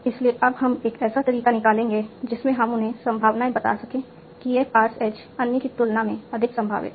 इसलिए अब हम एक ऐसा तरीका निकालना चाहेंगे जिसमें हम उन्हें संभावनाएँ बता सकें कि यह पार्स एज अन्य की तुलना में अधिक संभावित है